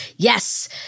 Yes